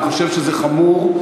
אני חושב שזה חמור.